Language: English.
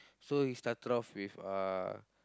so he started off with uh